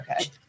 okay